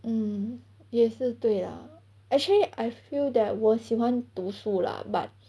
mm 也是对 lah actually I feel that 我喜欢读书 lah but